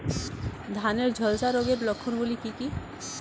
ধানের ঝলসা রোগের লক্ষণগুলি কি কি?